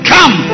Come